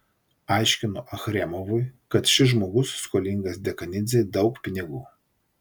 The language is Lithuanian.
aiškino achremovui kad šis žmogus skolingas dekanidzei daug pinigų